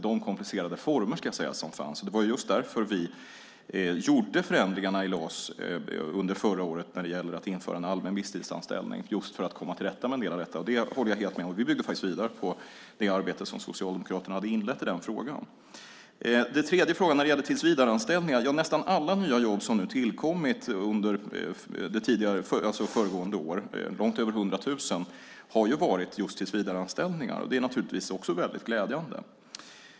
Det var därför som vi gjorde förändringarna i LAS under förra året när det gällde att införa en allmän visstidsanställning. Det gjorde vi just för att komma till rätta med en del av detta. Det håller jag helt med om. Vi byggde faktiskt vidare på det arbete som Socialdemokraterna hade inlett i den frågan. Sedan gällde det tillsvidareanställningar. Nästan alla nya jobb som tillkom under föregående år, långt över 100 000, har varit tillsvidareanställningar. Det är naturligtvis också väldigt glädjande.